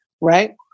right